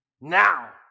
Now